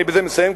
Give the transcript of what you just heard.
אני בזה מסיים,